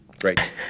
Great